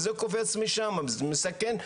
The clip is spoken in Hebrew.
וזה קופץ משמה וזה מסכן.